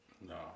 No